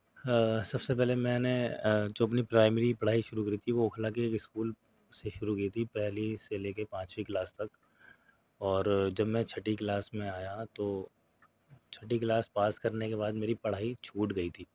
سب سے پہلے میں نے جو اپنی پرائیمری پڑھائی شروع کری تھی وہ اوکھلا کے ایک اسکول سے شروع کی تھی پہلی سے لے کے پانچویں کلاس تک اور جب میں چھٹی کلاس میں آیا تو چھٹی کلاس پاس کرنے کے بعد میری پڑھائی چھوٹ گئی تھی